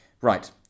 Right